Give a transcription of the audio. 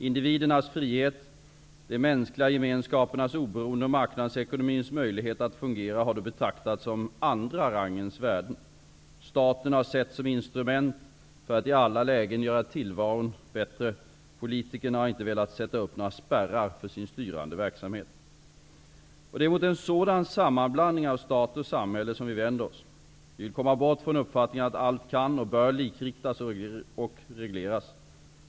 Individernas frihet, de mänskliga gemenskapernas oberoende och marknadsekonomins möjligheter att fungera har då betraktats som andra rangens värden. Staten har setts som instrument för att i alla lägen göra tillvaron bättre. Politikerna har inte velat sätta upp några spärrar för sin styrande verksamhet. Det är mot en sådan sammanblandning av stat och samhälle som vi vänder oss. Vi vill komma bort från uppfattningen att allt kan och bör likriktas och regleras.